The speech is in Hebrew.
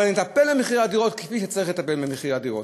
אבל תטפל במחירי הדירות כפי שצריך לטפל במחירי הדירות.